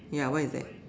ya what is that